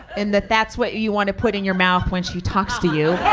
and that that's what you want to put in your mouth when she talks to you